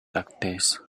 lactase